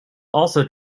also